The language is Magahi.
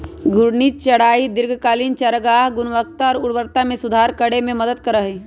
घूर्णी चराई दीर्घकालिक चारागाह गुणवत्ता और उर्वरता में सुधार करे में मदद कर सका हई